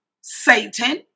Satan